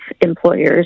employers